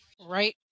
Right